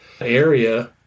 area